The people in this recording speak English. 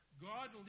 God